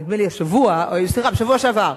נדמה לי השבוע או בשבוע שעבר,